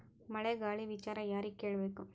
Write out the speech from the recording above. ಮಳೆ ಗಾಳಿ ವಿಚಾರ ಯಾರಿಗೆ ಕೇಳ್ ಬೇಕು?